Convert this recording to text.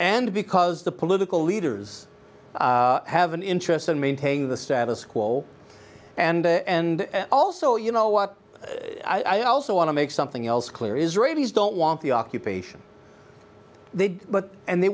and because the political leaders have an interest in maintaining the status quo and and also you know what i also want to make something else clear israelis don't want the occupation they did but and they